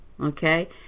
okay